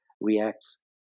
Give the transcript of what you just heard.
reacts